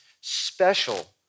special